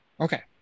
okay